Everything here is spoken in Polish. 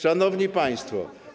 Szanowni Państwo!